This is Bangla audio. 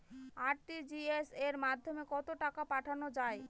আর.টি.জি.এস এর মাধ্যমে কত টাকা পাঠানো যায়?